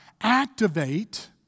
activate